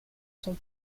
sont